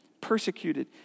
persecuted